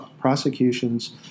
prosecutions